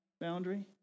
boundary